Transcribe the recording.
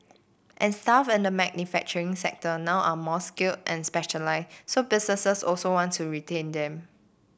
and staff in the manufacturing sector now are more skill and so businesses also want to retain them